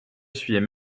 essuyait